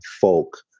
folk